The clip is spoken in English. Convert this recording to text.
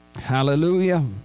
Hallelujah